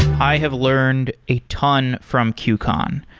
i have learned a ton from qcon.